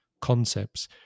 concepts